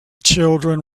children